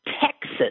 Texas